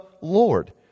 Lord